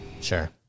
Sure